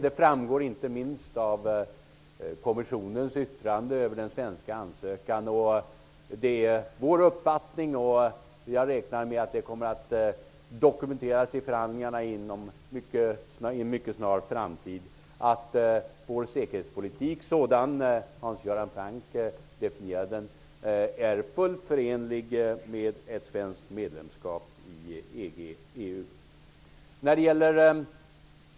Det framgår inte minst av kommissionens yttrande över den svenska ansökan. Det är vår uppfattning att vår säkerhetspolitik, såsom Hans Göran Franck definierade den, är fullt förenlig med ett svenskt medlemskap i EG/EU, och jag räknar med att detta kommer att dokumenteras i förhandlingarna inom en mycket snar framtid.